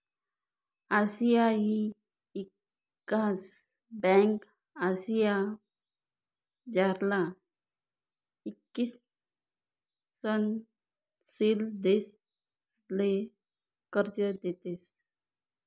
आशियाई ईकास ब्यांक आशियामझारला ईकसनशील देशसले कर्ज देतंस